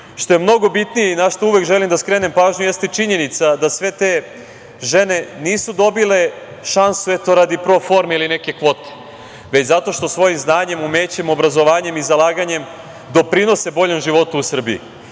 što je mnogo bitnije i na šta uvek želim da skrenem pažnju jeste činjenica da sve te žene nisu dobile šansu eto radi pro forme ili neke kvote, već zato što svojim znanjem, umećem, obrazovanjem i zalaganjem doprinose boljem životu u Srbiji.